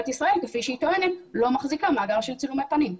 ישראל כפי שהיא טוענת לא מחזיקה מאגר של צילומי פנים?